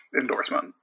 endorsement